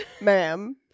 ma'am